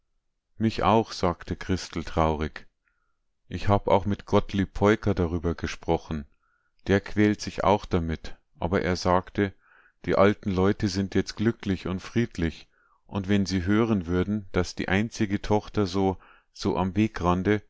mich auch sagte christel traurig ich hab auch mit gottlieb peuker darüber gesprochen der quält sich auch damit aber er sagte die alten leute sind jetzt glücklich und friedlich und wenn sie hören würden daß die einzige tochter so so am wegrande